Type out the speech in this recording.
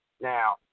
now